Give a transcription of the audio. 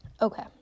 Okay